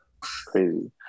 crazy